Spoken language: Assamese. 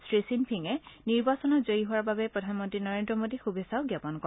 শ্ৰী খিনফিঙে নিৰ্বাচনত জয়ী হোৱাৰ বাবে প্ৰধানমন্ত্ৰী নৰেন্দ্ৰ মোদীক শুভেচ্ছাও জ্ঞাপন কৰে